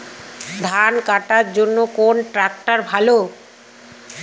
ধান কাটার জন্য কোন ট্রাক্টর ভালো?